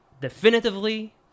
definitively